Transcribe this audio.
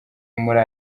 muri